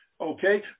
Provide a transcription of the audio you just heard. Okay